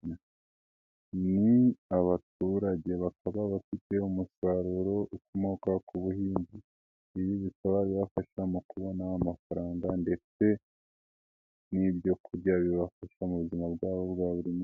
Ni abaturage bakaba bafite umusaruro ukomoka ku buhinzi ibi bika bizabafasha mu kubona amafaranga ndetse n'ibyo kurya bibafasha mu buzima bwabo bwa buri munsi.